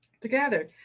together